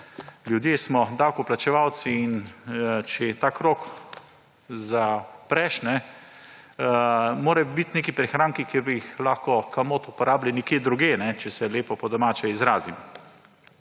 ljudje smo davkoplačevalci in če ta krog zapreš, morajo biti neki prihranki, ki bi jih komot lahko uporabili nekje drugje – če se lepo po domače izrazim.